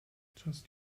just